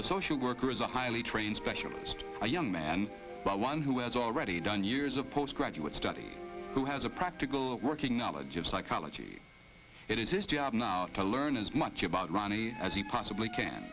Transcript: social worker is a highly trained specialist a young man but one who has already done years a postgraduate study who has a practical working knowledge of psychology it is his job now to learn as much about ronnie as he possibly can